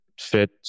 fit